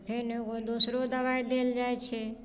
फेन एगो दोसरो दबाइ देल जाइ छै